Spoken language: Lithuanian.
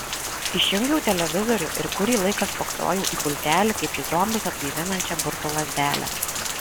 išjungiau televizorių ir kurį laiką spoksojau į pultelį kaip į zombius atgaivinančią burtų lazdelę